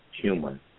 human